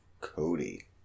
Cody